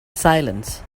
silence